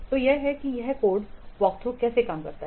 तो यह है कि यह कोड वॉकथ्रू कैसे काम करता है